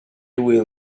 will